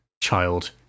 child